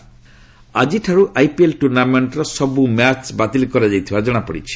IPL ଆଜିଠାର୍ଚ୍ IPL ଟୁର୍ଣ୍ଣାମେଣ୍ଟରେ ସବୁ ମ୍ୟାଚ୍ ବାତିଲ କରାଯାଇଥିବାର ଜଣାପଡିଛି